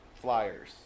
flyers